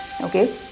Okay